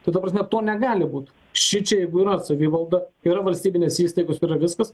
tai ta prasme to negali būt šičia jeigu yra savivalda yra valstybinės įstaigos yra viskas